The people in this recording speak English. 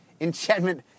enchantment